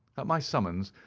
at my summons,